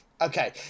Okay